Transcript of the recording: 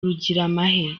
rugiramahe